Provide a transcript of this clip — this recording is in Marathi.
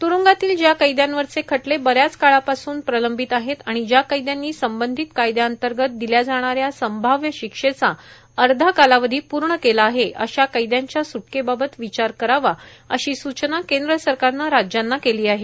त्रुंगातल्या ज्या कैद्यांवरचे खटले बऱ्याच काळापासून प्रलंबित आहेत आणि ज्या कैद्यांनी संबंधित कायद्याअंतर्गत दिल्या जाणाऱ्या संभाव्य शिक्षेचा अर्धा कालावधी पूर्ण केला आहे अशा कैद्यांच्या सुटकेबाबत विचार करावा अशी सूचना केंद्र सरकारनं राज्यांना केली आहे